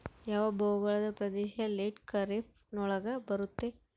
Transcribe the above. ಯಾವ ಭೌಗೋಳಿಕ ಪ್ರದೇಶ ಲೇಟ್ ಖಾರೇಫ್ ನೊಳಗ ಬರುತ್ತೆ?